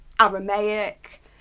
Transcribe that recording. Aramaic